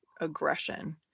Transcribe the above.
aggression